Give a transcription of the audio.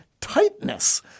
tightness